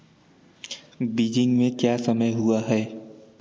Beijing में क्या समय हुआ है